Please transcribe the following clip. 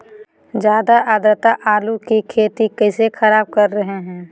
ज्यादा आद्रता आलू की खेती कैसे खराब कर रहे हैं?